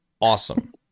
awesome